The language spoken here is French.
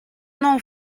noms